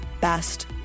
best